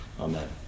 Amen